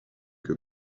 que